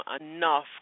enough